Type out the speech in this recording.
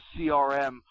CRM